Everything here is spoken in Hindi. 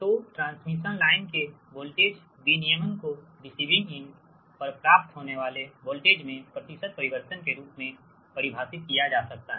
तोट्रांसमिशन लाइन के वोल्टेज विनियमन को रिसीविंग एंड पर प्राप्त होने वाले वोल्टेज में प्रतिशत परिवर्तन के रूप में परिभाषित किया जा सकता है